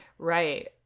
right